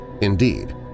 Indeed